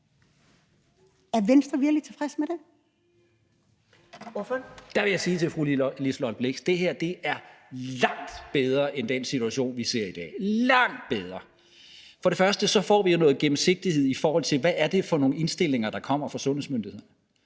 Kl. 19:59 Martin Geertsen (V): Der vil jeg sige til fru Liselott Blixt, at det her er langt bedre end den situation, vi ser i dag – langt bedre! Vi får jo noget gennemsigtighed, i forhold til hvad det er for nogle indstillinger, der kommer fra sundhedsmyndighederne.